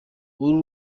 uru